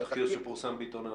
התחקיר שפורסם בעיתון "הארץ".